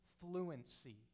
fluency